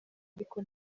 ariko